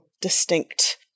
distinct